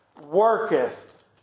worketh